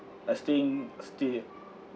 like staying still